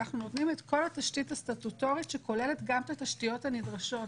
אנחנו נותנים את כל התשתית הסטטוטורית שכוללת גם את התשתיות הנדרשות.